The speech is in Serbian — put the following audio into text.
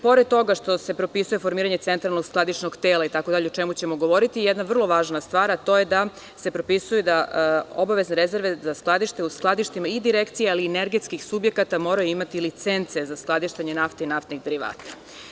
Pored ovoga što se propisuje formiranje centralnog skladišnog tela, ima još jedna vrlo važna stvar, a to je da se propisuje da obavezne rezerve za skladište u skladištima i direkcijama ali i energetskim subjektima moraju imati licence za skladištenje nafte i naftnih derivata.